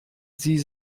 sie